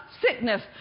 sickness